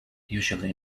usually